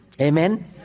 Amen